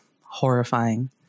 horrifying